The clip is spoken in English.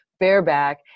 bareback